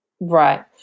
right